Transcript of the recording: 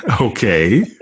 Okay